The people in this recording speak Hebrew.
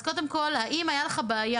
אז קודם כול האם הייתה לך בעיה,